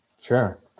Sure